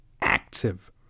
active